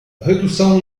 redução